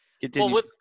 Continue